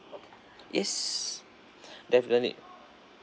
yes definitely